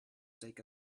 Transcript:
take